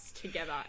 together